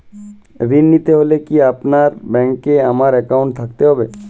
ঋণ নিতে হলে কি আপনার ব্যাংক এ আমার অ্যাকাউন্ট থাকতে হবে?